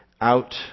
out